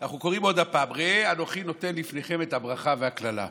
אנחנו קוראים עוד פעם: ראה אנוכי נותן בפניכם את הברכה ואת הקללה.